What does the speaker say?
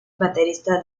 baterista